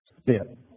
spit